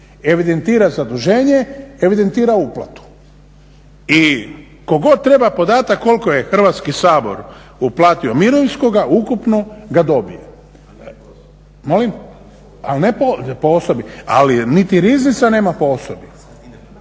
evidentira zaduženje, evidentira uplatu. I tko god treba podatak koliko je Hrvatski sabor uplatio mirovinskoga ukupno ga dobije. Molim? Ali ne po osobi. Ali niti Riznica nema po osobi.